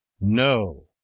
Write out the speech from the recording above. no